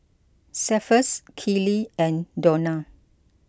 Cephus Kylie and Dawna